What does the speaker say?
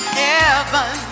heaven